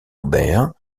aubert